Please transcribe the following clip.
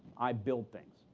i build things.